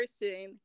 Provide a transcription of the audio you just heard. person